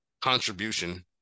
contribution